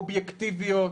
אובייקטיביות,